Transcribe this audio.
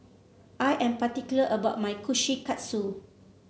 I am particular about my Kushikatsu